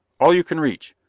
all you can reach.